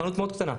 חנות מאוד קטנה.